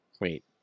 Wait